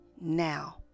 now